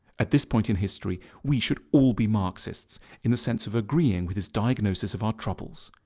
at this point in history, we should all be marxists in the sense of agreeing with his diagnosis of our troubles.